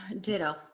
Ditto